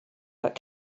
but